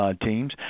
teams